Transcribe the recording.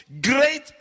great